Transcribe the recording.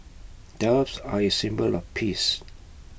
doves are A symbol of peace